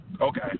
Okay